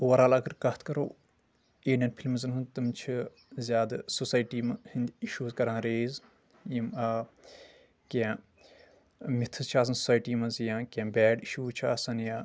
over all اگر کتھ کرو اِنڈٮ۪ن فلمٕزن ہُنٛد تِم چھِ زیادٕ سوسایٹی ہٕنٛدۍ اِشوٗز کران ریز یِم آ کینٛہہ مِتھٕز چھِ آسان سوسایٹی منٛز یا کینٛہہ بیڈ اِشوٗز چھِ آسان یا